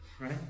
Right